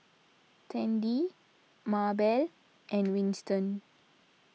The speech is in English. Tandy Maebell and Winston